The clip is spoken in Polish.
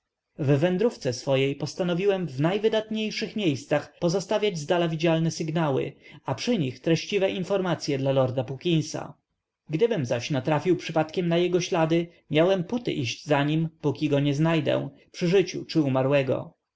w wędrówce swojej postanowiłem w najwydatniejszych miejscach pozostawiać zdala widzialne sygnały a przy nich treściwe informacye dla lorda puckinsa gdybym zaś natrafił przypadkiem na jego ślady miałem póty iść za nim póki go nie znajdę przy życiu czy umarłego